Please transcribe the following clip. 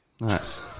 Nice